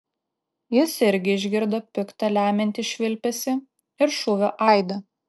jis irgi išgirdo pikta lemiantį švilpesį ir šūvio aidą